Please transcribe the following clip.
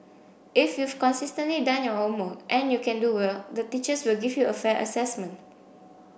if you've consistently done your homework and you can do well the teachers will give you a fair assessment